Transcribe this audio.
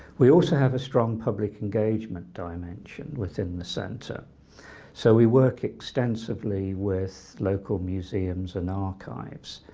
we also have a strong public engagement dimension within the centre so we work extensively with local museums and archives.